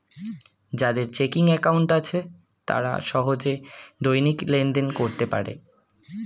যাদের checking account আছে তারা সহজে দৈনিক লেনদেন করতে পারে